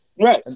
Right